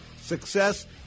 success